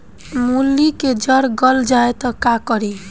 मूली के जर गल जाए त का करी?